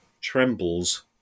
Trembles